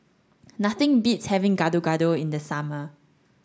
nothing beats having Gado Gado in the summer